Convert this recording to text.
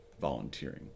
volunteering